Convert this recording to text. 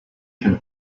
can